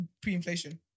pre-inflation